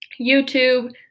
YouTube